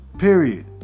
period